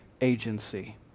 agency